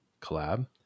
collab